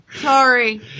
Sorry